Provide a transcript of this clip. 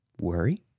worry